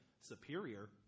superior